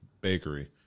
bakery